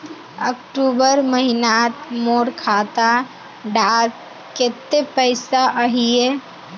अक्टूबर महीनात मोर खाता डात कत्ते पैसा अहिये?